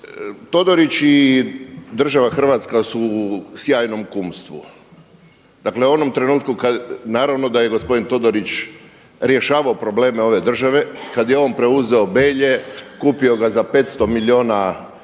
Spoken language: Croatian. Todorić i država Hrvatska su u sjajnom kumstvu, dakle u onom trenutku kad, naravno da je gospodin Todorić rješavao probleme ove države kada je on preuzeo Belje, kupio ga za 500 milijuna kuna